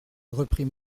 reprit